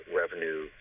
revenue